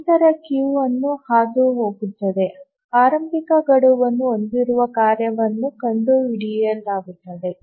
ನಂತರ ಕ್ಯೂ ಅನ್ನು ಹಾದುಹೋಗುತ್ತದೆ ಮತ್ತು ಆರಂಭಿಕ ಗಡುವನ್ನು ಹೊಂದಿರುವ ಕಾರ್ಯವನ್ನು ಕಂಡುಹಿಡಿಯಲಾಗುತ್ತದೆ